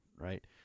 Right